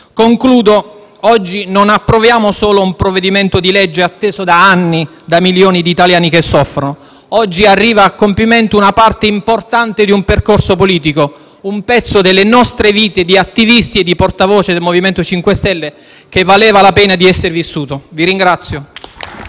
Concludendo, oggi non approviamo solo un provvedimento di legge atteso da anni da milioni di italiani che soffrono. Oggi arriva a compimento una parte importante di un percorso politico, un pezzo delle nostre vite di attivisti e di portavoce del MoVimento 5 Stelle, che valeva la pena di essere vissuto. *(Applausi